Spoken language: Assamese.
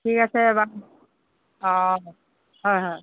ঠিক আছে বাৰু অঁ হয় হয়